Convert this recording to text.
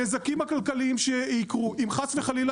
הנזקים הכלכליים שייקרו אם חס וחלילה